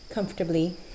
comfortably